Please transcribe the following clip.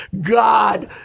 God